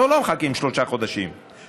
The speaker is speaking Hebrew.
אנחנו לא מחכים שלושה חודשים,